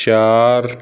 ਚਾਰ